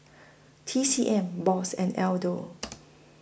T C M Bose and Aldo